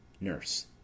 Nurse